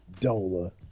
Dola